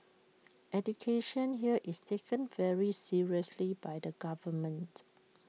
education here is taken very seriously by the government